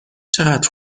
چقدر